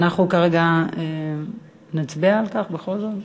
ואנחנו כרגע נצביע על כך בכל זאת?